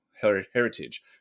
heritage